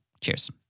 Cheers